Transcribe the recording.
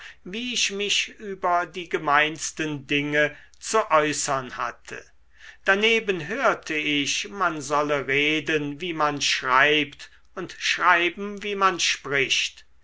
wie ich mich über die gemeinsten dinge zu äußern hatte daneben hörte ich man solle reden wie man schreibt und schreiben wie man spricht